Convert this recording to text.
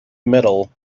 metal